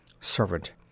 Servant